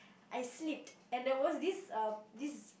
I slipped and there was these um these